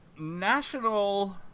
National